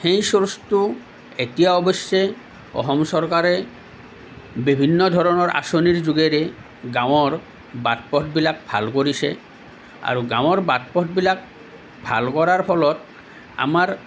সেই চৰ্চটো এতিয়া অৱশ্যে অসম চৰকাৰে বিভিন্ন ধৰণৰ আঁচনিৰ যোগেৰে গাঁৱৰ বাট পথবিলাক ভাল কৰিছে আৰু গাঁৱৰ বাট পথবিলাক ভাল কৰাৰ ফলত আমাৰ